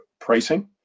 pricing